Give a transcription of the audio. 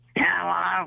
hello